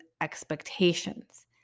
expectations